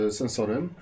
sensorem